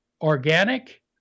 organic